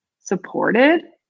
Supported